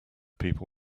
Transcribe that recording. people